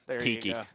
Tiki